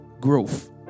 Growth